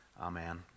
Amen